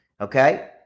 okay